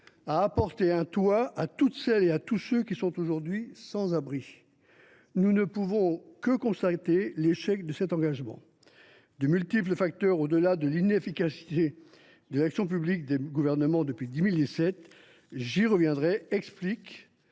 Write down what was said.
« apporter un toit à toutes celles et à tous ceux qui sont aujourd’hui sans abri ». Nous ne pouvons que constater l’échec de cet engagement. De multiples facteurs, au delà de l’inefficacité de l’action politique des gouvernements depuis 2017 – j’y reviendrai –, expliquent